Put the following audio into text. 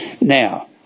Now